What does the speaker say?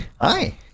Hi